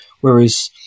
whereas